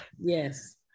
Yes